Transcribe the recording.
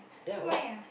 ya why